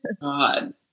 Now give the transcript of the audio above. God